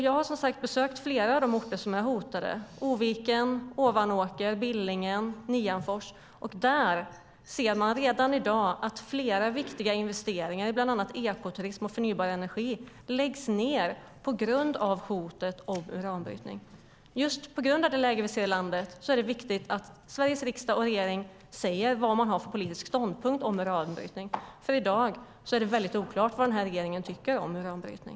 Jag har, som sagt, besökt flera av de orter som är hotade - Oviken, Ovanåker, Billingen, Nianfors - där man redan i dag ser att flera viktiga investeringar i bland annat ekoturism och förnybar energi läggs ned på grund av hotet om uranbrytning. Just på grund av det läge vi ser i landet är det viktigt att Sveriges riksdag och regering säger vad man har för politisk ståndpunkt när det gäller uranbrytning. I dag är det nämligen väldigt oklart vad regeringen tycker om uranbrytning.